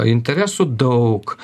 interesų daug